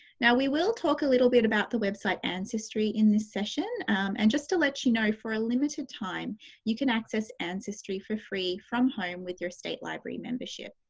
now, we will talk a little bit about the website ancestry in this session and just to let you know for a limited time you can access ancestry for free from home with your state library membership.